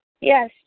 Yes